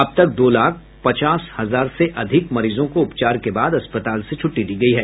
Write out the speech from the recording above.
अब तक दो लाख पचास हजार से अधिक मरीजों को उपचार के बाद अस्पताल से छुट्टी दी गयी है